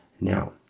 Now